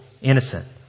innocent